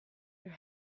your